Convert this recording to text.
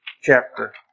chapter